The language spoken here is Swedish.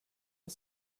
det